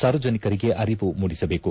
ಸಾರ್ವಜನಿಕರಿಗೆ ಅರಿವು ಮೂಡಿಸಬೇಕು